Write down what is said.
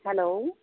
hello